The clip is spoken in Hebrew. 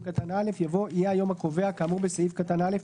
קטן (א)" יבוא "יהיה היום הקובע כאמור בסעיף קטן (א),